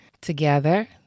together